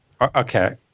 Okay